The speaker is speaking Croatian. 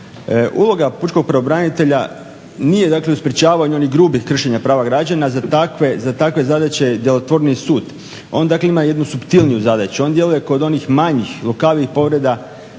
Uloga pučkog pravobranitelja nije dakle u sprečavanju onih grubih kršenja pravih građana, za takve zadaće je djelotvorniji sud. On dakle ima jednu suptilniju zadaću, on djeluje kod onih manjih, lukavijih povreda